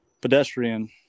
pedestrian